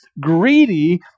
Greedy